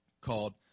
called